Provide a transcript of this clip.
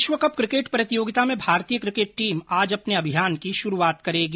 विश्वकप क्रिकेट प्रतियोगिता में भारतीय किकेट टीम आज अपने अभियान की शुरूआत करेगी